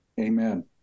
Amen